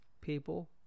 people